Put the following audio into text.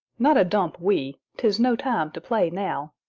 not a dump we tis no time to play now.